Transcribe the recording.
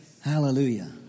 Hallelujah